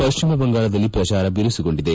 ಪಶ್ಚಿಮ ಬಂಗಾಳದಲ್ಲಿ ಪ್ರಚಾರ ಬಿರುಸುಗೊಂಡಿದೆ